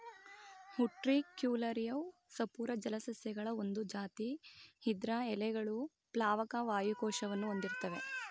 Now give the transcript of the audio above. ಉಟ್ರಿಕ್ಯುಲಾರಿಯವು ಸಪೂರ ಜಲಸಸ್ಯಗಳ ಒಂದ್ ಜಾತಿ ಇದ್ರ ಎಲೆಗಳು ಪ್ಲಾವಕ ವಾಯು ಕೋಶವನ್ನು ಹೊಂದಿರ್ತ್ತವೆ